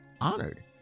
honored